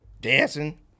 dancing